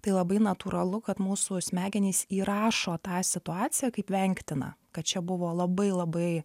tai labai natūralu kad mūsų smegenys įrašo tą situaciją kaip vengtiną kad čia buvo labai labai